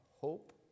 hope